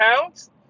pounds